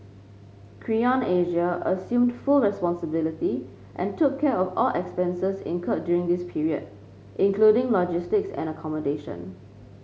Creon Asia assumed full responsibility and took care of all expenses incurred during this period including logistics and accommodation